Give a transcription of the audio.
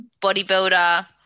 Bodybuilder